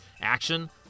action